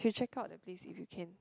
you should check out that place if you can